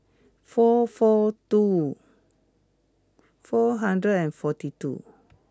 four four two four hundred and forty two